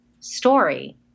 story